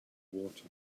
water